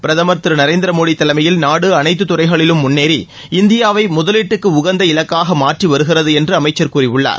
பிரதமர் திரு நரேந்திர மோடி தலைமையில் நாடு அனைத்து துறைகளிலும் முன்னேறி இந்தியாவை முதலீட்டுக்கு உகந்த இலக்காக மாற்றி வருகிறது என்று அமைச்சர் கூறியுள்ளார்